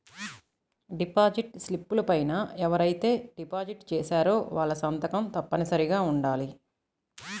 deposit స్లిపుల పైన ఎవరైతే డిపాజిట్ చేశారో వాళ్ళ సంతకం తప్పనిసరిగా ఉండాలి